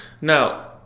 Now